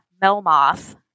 Melmoth